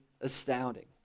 astounding